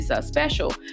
special